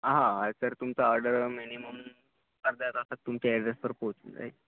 हां सर तुमचं order minimum अर्ध्या तासात तुमच्या ॲड्रेसवर पोहोचून जाईल